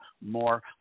more